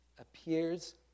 appears